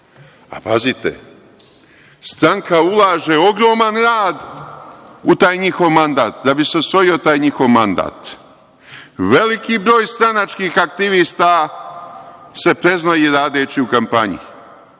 Pazite, stranka ulaže ogroman rad u taj njihov mandat, da bi se osvojio taj njihov mandat, veliki broj stranačkih aktivista se preznoji radeći u kampanji,